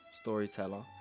Storyteller